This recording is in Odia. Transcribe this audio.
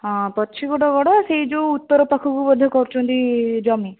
ହଁ ପଛିଗୁଟ ଗଡ଼ ସେଇ ଯୋଉ ଉତ୍ତରା ପାଖକୁ ବୋଧେ କରୁଛନ୍ତି ଜମି